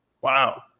wow